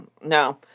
no